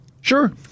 Sure